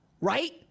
right